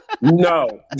no